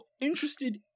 interested